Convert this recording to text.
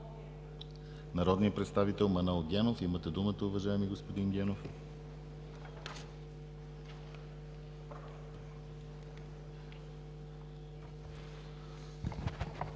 Народният представител Манол Генов. Имате думата, уважаеми господин Генов.